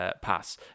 pass